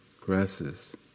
grasses